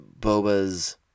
Boba's